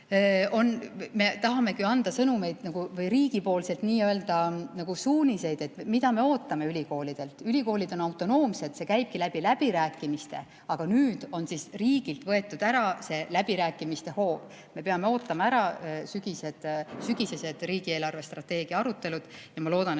me tahamegi anda sõnumeid või riigipoolseid nii-öelda suuniseid, mida me ootame ülikoolidelt. Ülikoolid on autonoomsed, see käibki läbirääkimiste kaudu, aga nüüd on riigilt võetud ära see läbirääkimiste hoob, me peame ootama ära sügisesed riigi eelarvestrateegia arutelud ja ma loodan,